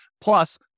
Plus